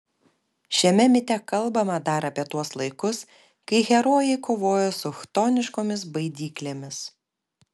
šiame mite kalbama dar apie tuos laikus kai herojai kovojo su chtoniškomis baidyklėmis